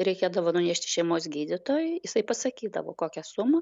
reikėdavo nunešti šeimos gydytojui jisai pasakydavo kokią sumą